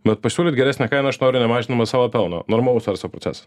bet pasiūlyt geresnę kainą aš noriu nemažindamas savo pelno normalaus verslo procesas